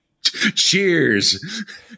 cheers